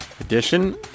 edition